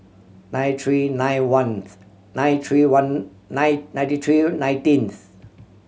nine three nine ones nine three one nine ninety three nineteenth